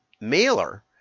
mailer